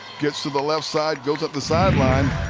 gets to the left side, goes up the sideline.